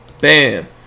Bam